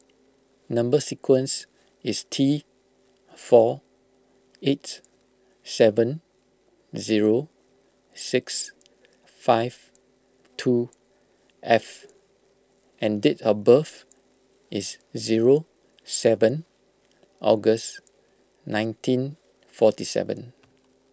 Number Sequence is T four eight seven zero six five two F and date of birth is zero seven August nineteen forty seven